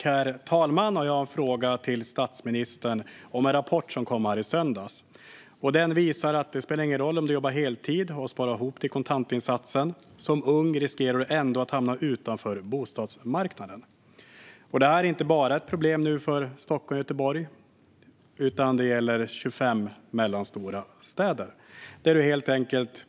Herr talman! Jag har en fråga till statsministern om en rapport som kom i söndags. Den visar att det inte spelar någon roll om du jobbar heltid och sparar ihop till kontantinsatsen - som ung riskerar du ändå att hamna utanför bostadsmarknaden. Det här är inte bara ett problem för Stockholm och Göteborg, utan det gäller 25 mellanstora städer.